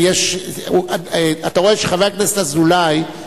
אתה רואה שחבר הכנסת אזולאי,